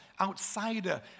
outsider